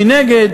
מנגד,